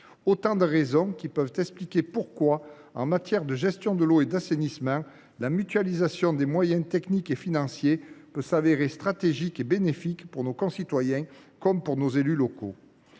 Autant de raisons qui expliquent pourquoi, en matière de gestion de l’eau et d’assainissement, la mutualisation des moyens techniques et financiers peut se révéler stratégique et bénéfique tant pour nos concitoyens que pour les élus locaux.